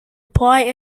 apply